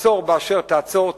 עצור באשר תעצור,